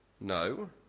No